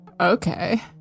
Okay